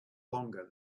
longer